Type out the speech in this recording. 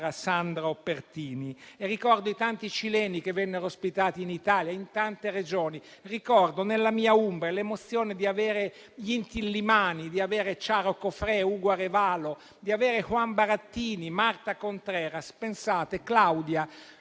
Sandro Pertini. Ricordo i tanti cileni che vennero ospitati in Italia, in tante Regioni; ricordo nella mia Umbria l'emozione di avere gli Inti-Illimani, di avere Charo Cofré e *Hugo Arévalo*, di avere Juan Barattini, Marta Contreras. Pensate: Claudia